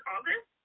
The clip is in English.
August